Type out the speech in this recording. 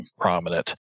prominent